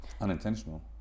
Unintentional